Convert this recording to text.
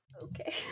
Okay